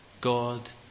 God